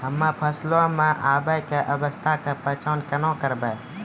हम्मे फसलो मे फूल आबै के अवस्था के पहचान केना करबै?